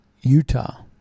Utah